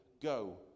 Go